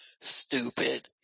Stupid